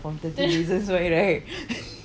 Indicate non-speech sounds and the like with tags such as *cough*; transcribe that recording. from thirteen reasons why right *laughs*